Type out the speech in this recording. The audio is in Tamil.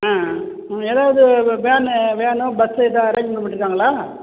ஆ எதாவது வேனு வேனோ பஸ்ஸோ எதுவும் அரேஞ்ச்மெண்ட் பண்ணிருக்காங்களா